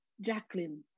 Jacqueline